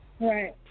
Right